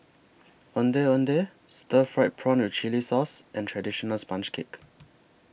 Ondeh Ondeh Stir Fried Prawn with Chili Sauce and Traditional Sponge Cake